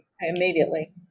immediately